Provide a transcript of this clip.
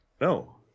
No